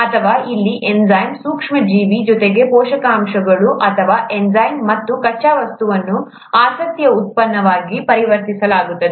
ಅಥವಾ ಇಲ್ಲಿ ಎನ್ಝೈಮ್ ಸೂಕ್ಷ್ಮ ಜೀವಿ ಜೊತೆಗೆ ಪೋಷಕಾಂಶಗಳು ಅಥವಾ ಎನ್ಝೈಮ್ ಮತ್ತು ಕಚ್ಚಾ ವಸ್ತುವನ್ನು ಆಸಕ್ತಿಯ ಉತ್ಪನ್ನವಾಗಿ ಪರಿವರ್ತಿಸಲಾಗುತ್ತದೆ